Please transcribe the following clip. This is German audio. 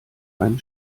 einen